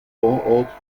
vorort